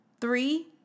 Three